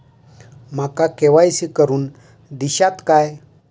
माका के.वाय.सी करून दिश्यात काय?